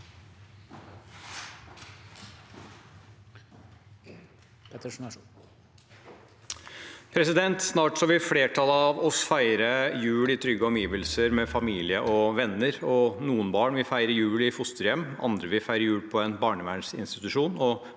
Snart vil flertallet av oss feire jul i trygge omgivelser med familie og venner – og noen barn vil feire jul i fosterhjem, andre vil feire jul på en barnevernsinstitusjon,